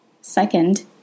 Second